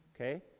Okay